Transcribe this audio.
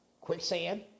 Quicksand